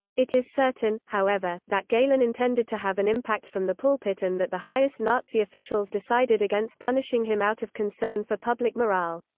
it is certain, however, that galen intended to have an impact from the pulpit and that the highest nazi officials decided against punishing him out of concern for public morale.